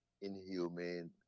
inhumane